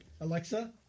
Alexa